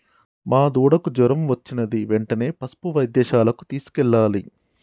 మా దూడకు జ్వరం వచ్చినది వెంటనే పసుపు వైద్యశాలకు తీసుకెళ్లాలి